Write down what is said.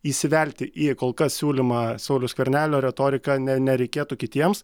įsivelti į kol kas siūlymą sauliaus skvernelio retoriką ne nereikėtų kitiems